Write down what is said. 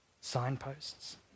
signposts